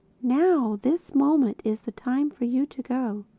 now this moment is the time for you to go.